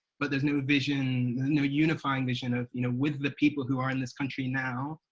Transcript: but there is no vision, no unifying vision, of you know, with the people who are in this country now,